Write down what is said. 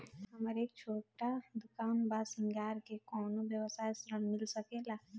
हमर एक छोटा दुकान बा श्रृंगार के कौनो व्यवसाय ऋण मिल सके ला?